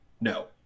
No